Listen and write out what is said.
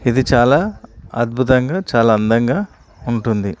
ఇది చాలా అద్భుతంగా చాలా అందంగా ఉంటుంది